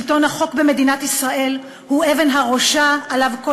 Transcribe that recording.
שלטון החוק במדינת ישראל הוא אבן הראשה שעליה כל